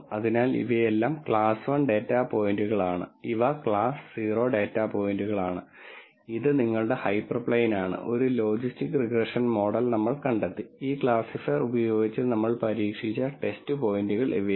അതിനാൽ ഇവയെല്ലാം class 1 data പോയിന്റുകളാണ് ഇവ ക്ലാസ് 0 ഡാറ്റ പോയിന്റുകളാണ് ഇത് നിങ്ങളുടെ ഹൈപ്പർപ്ലെയ്ൻ ആണ് ഒരു ലോജിസ്റ്റിക് റിഗ്രഷൻ മോഡൽ നമ്മൾ കണ്ടെത്തി ഈ ക്ലാസിഫയർ ഉപയോഗിച്ച് നമ്മൾ പരീക്ഷിച്ച ടെസ്റ്റ് പോയിന്റുകൾ ഇവയാണ്